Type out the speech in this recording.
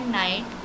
night